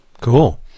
Cool